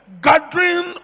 gathering